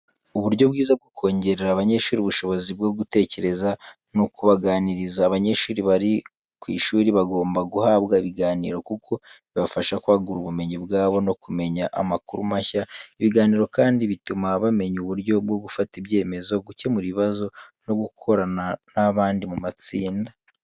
Uburyo bwiza bwo kongerera abanyeshuri ubushobozi bwo gutekereza ni ukubaganiriza. Abanyeshuri bari ku ishuri bagomba guhabwa ibiganiro kuko bibafasha kwagura ubumenyi bwabo no kumenya amakuru mashya. Ibiganiro kandi bituma bamenya uburyo bwo gufata ibyemezo, gukemura ibibazo no gukorana n'abandi mu matsinda.